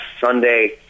Sunday